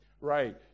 right